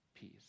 peace